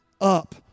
up